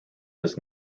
this